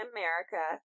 America